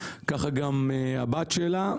ככה גם הבת שלה.